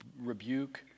rebuke